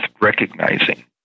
recognizing